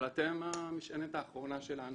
אבל אתם המשענת האחרונה שלנו